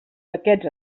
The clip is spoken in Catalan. paquets